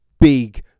Big